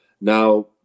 Now